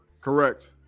Correct